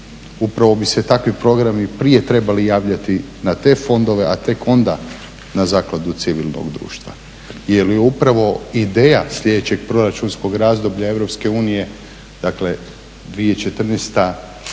upravo bi se takvi programi prije trebali javljati na te fondove, a tek onda na Zakladu civilnog društva. Jel je upravo ideja sljedećeg proračunskog razdoblja EU 2013.-2020.u